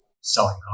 selling